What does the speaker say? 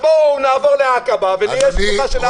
בואו נעבור לעקבה ונהיה שלוחה של עקבה.